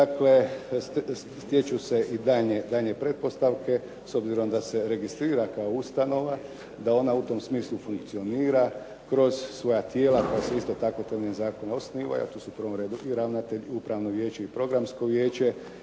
dakle stječu se i daljnje pretpostavke s obzirom da se registrira kao ustanova, da ona u tom smislu funkcionira kroz svoja tijela koja se isto tako temeljem zakona osnivaju, a tu su u prvom redu i ravnatelj, i upravno vijeće i programsko vijeće